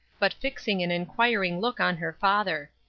but fixing an inquiring look on her father.